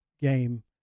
game